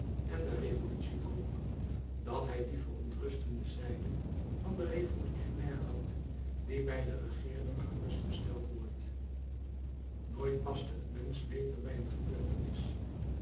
en der revolutie droeg dat hij die verontrustende zijde van den revolutionnair had die bij den regeerder geruststellend wordt nooit paste een mensch beter bij een gebeurtenis